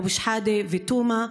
אבו שחאדה ותומא,